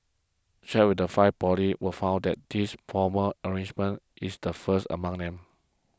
checks with the five poly were found that this formal arrangement is the first among them